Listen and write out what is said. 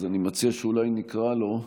אז אני מציע שאולי נקרא לו.